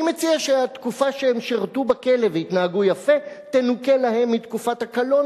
אני מציע שהתקופה שהם שירתו בכלא והתנהגו יפה תנוכה להם מתקופת הקלון,